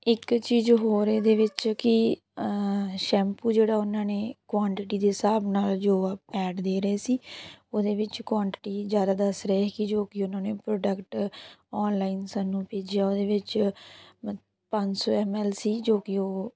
ਇੱਕ ਚੀਜ਼ ਹੋਰ ਇਹਦੇ ਵਿੱਚ ਕਿ ਸ਼ੈਂਪੂ ਜਿਹੜਾ ਉਹਨਾਂ ਨੇ ਕੁਆਂਟਿਟੀ ਦੇ ਹਿਸਾਬ ਨਾਲ ਜੋ ਆ ਐਡ ਦੇ ਰਹੇ ਸੀ ਉਹਦੇ ਵਿੱਚ ਕੁਆਂਟਿਟੀ ਜ਼ਿਆਦਾ ਦੱਸ ਰਹੇ ਸੀ ਜੋ ਕਿ ਉਹਨਾਂ ਨੇ ਪ੍ਰੋਡਕਟ ਔਨਲਾਈਨ ਸਾਨੂੰ ਭੇਜਿਆ ਉਹਦੇ ਵਿੱਚ ਮ ਪੰਜ ਸੌ ਐੱਮ ਐੱਲ ਸੀ ਜੋ ਕਿ ਉਹ